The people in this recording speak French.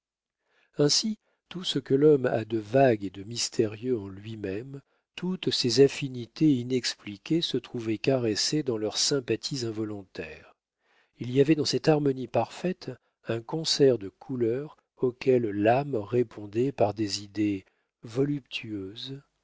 ainsi tout ce que l'homme a de vague et de mystérieux en lui-même toutes ses affinités inexpliquées se trouvaient caressées dans leurs sympathies involontaires il y avait dans cette harmonie parfaite un concert de couleurs auquel l'âme répondait par des idées voluptueuses